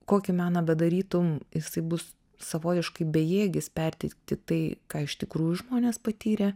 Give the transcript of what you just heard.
kokį meną bedarytum jisai bus savotiškai bejėgis perteikti tai ką iš tikrųjų žmonės patyrė